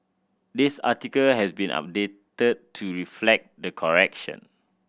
this article has been updated to reflect the correction